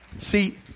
See